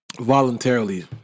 voluntarily